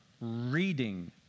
reading